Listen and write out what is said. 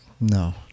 No